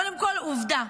קודם כול, עובדה,